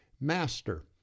Master